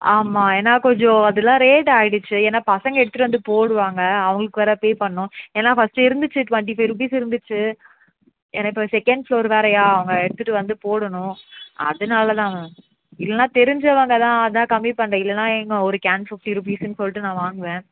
ஆமாம் ஏன்னா கொஞ்சம் அதெல்லாம் ரேட்டு ஆகிடுச்சு ஏன்னா பசங்க எடுத்துட்டு வந்து போடுவாங்க அவங்களுக்கு வேறு பே பண்ணணும் ஏன்னா ஃபஸ்ட்டு இருந்துச்சு ட்வென்ட்டி ஃபை ருபீஸ் இருந்துச்சு ஏன்னா இப்போ செகண்ட் ஃப்ளோர் வேறயா அவங்க எடுத்துட்டு வந்து போடணும் அதனால தான் மேம் இல்லைன்னா தெரிஞ்சவங்க தான் அதான் கம்மி பண்ணுறேன் இல்லைன்னா ஏங்க ஒரு கேன் ஃபிஃப்ட்டி ருபீஸுன்னு சொல்லிட்டு நான் வாங்குவேன்